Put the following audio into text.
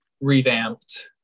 revamped